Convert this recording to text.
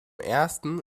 ersten